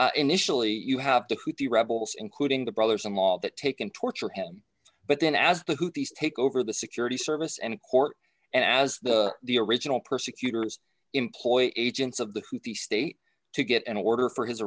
persecution initially you have to keep the rebels including the brothers in law that take and torture him but then as the who these take over the security service and court and as the original persecutors employ agents of the state to get an order for his